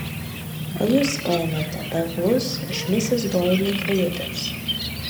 ar jūs paėmėte perlus iš misis doili kajutės